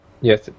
Yes